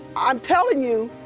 i'm telling you,